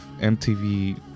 MTV